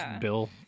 bill